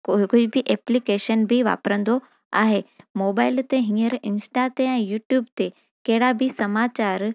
कोई कोई बि एप्लीकेशन बि वपिरिंदो आहे मोबाइल ते हींअर इंस्टा ते ऐं यूट्यूब ते कहिड़ा बि समाचार